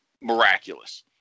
miraculous